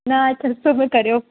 न छह सौ में करियो